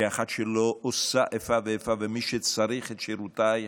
כאחת שלא עושה איפה ואיפה, ומי שצריך את שירותייך,